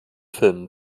filmen